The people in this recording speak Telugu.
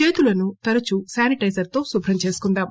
చేతులను తరచూ శానిటైజర్తో శుభ్రం చేసుకుందాం